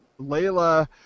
Layla